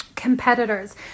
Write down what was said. Competitors